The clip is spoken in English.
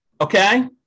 okay